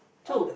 two